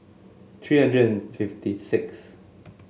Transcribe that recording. three hundred and fifty six